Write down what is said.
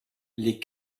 les